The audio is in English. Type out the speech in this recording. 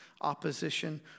opposition